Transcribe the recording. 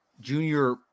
Junior